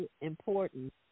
important